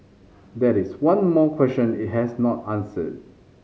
that is one more question it has not answered